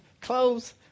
clothes